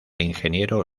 ingeniero